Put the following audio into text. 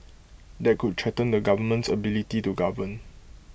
that could threaten the government's ability to govern